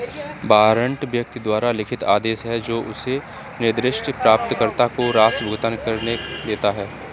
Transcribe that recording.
warrant व्यक्ति द्वारा लिखित आदेश है जो उसे निर्दिष्ट प्राप्तकर्ता को राशि भुगतान करने देता है